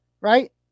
right